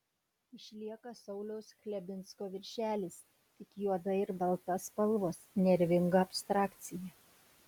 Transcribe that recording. išlieka sauliaus chlebinsko viršelis tik juoda ir balta spalvos nervinga abstrakcija